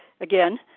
again